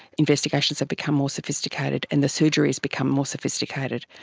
investigations have become more sophisticated and the surgery has become more sophisticated.